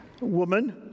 Woman